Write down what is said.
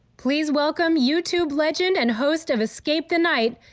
please welcome youtube legend and host of escape the night,